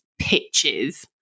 pitches